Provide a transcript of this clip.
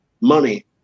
money